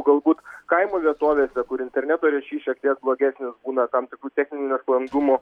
galbūt kaimo vietovėse kur interneto ryšys šiek tiek blogesnis būna tam tikrų techninių nesklandumų